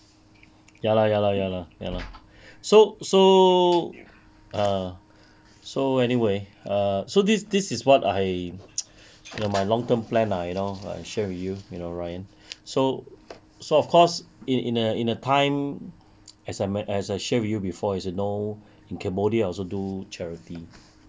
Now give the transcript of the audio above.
ya lah ya lah ya lah ya lah so so err so anyway so this this is what I you know my long term plan ah you know I share with you you know ryan so so of course in in a in a time as I men~ as I share with you before as you know in cambodia I also do charity